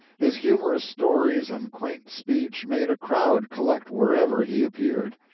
his humorous stories and quaint speech made a crowd collect wherever he appeared.